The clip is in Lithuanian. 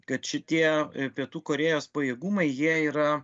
kad šitie pietų korėjos pajėgumai jie yra